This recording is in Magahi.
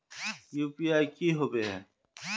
यु.पी.आई की होबे है?